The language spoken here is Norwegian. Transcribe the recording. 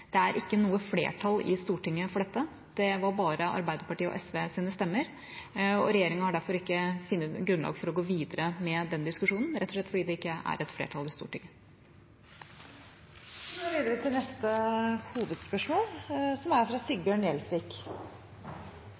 Det er ikke noe flertall i Stortinget for dette, det fikk bare Arbeiderpartiets og SVs stemmer. Regjeringa har derfor ikke funnet grunnlag for å gå videre med den diskusjonen, rett og slett fordi det ikke er et flertall i Stortinget. Vi går da videre til neste hovedspørsmål.